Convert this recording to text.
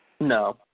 No